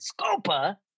scopa